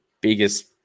biggest